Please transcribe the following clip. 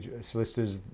solicitors